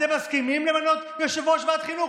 אתם מסכימים למנות יושב-ראש ועדת חינוך?